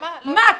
מה,